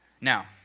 Now